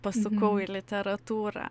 pasukau į literatūrą